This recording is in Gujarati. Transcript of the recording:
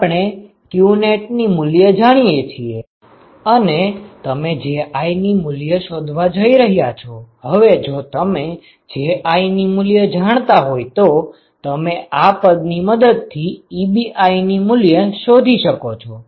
આપણે qnet ની મૂલ્ય જાણીએ છીએ અને તમે Ji ની મૂલ્ય શોધવા જઈ રહ્યાં છો હવે જો તમે Ji ની મૂલ્ય જાણતા હોય તો તમે આ પદ ની મદદ થી Ebi ની મૂલ્ય શોધી શકો છો